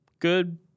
Good